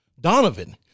Donovan